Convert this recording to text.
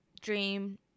dream